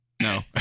No